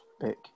pick